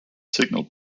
signal